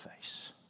face